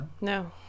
no